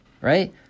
right